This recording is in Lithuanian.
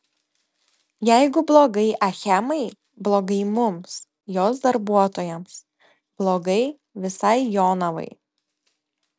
jeigu blogai achemai blogai mums jos darbuotojams blogai visai jonavai